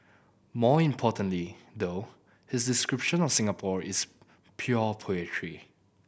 more importantly though his description of Singapore is pure poetry